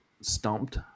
stumped